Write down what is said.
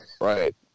Right